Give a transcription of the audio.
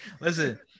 Listen